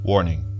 Warning